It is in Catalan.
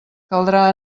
caldrà